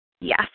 Yes